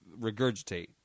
regurgitate